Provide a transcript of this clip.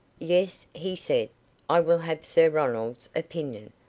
yes, he said i will have sir ronald's opinion.